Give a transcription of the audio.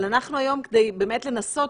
אבל כדי לנסות,